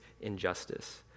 injustice